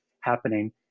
happening